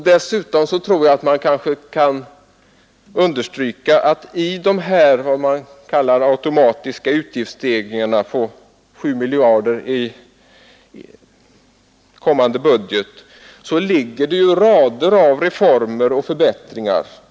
Dessutom bör det understrykas att i dessa ”automatiska” utgiftsstegringar på 7 miljarder i kommande budget ligger ju rader av reformer och förbättringar.